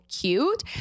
cute